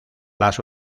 las